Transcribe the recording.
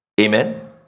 Amen